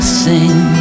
sing